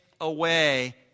away